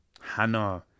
Hannah